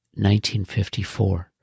1954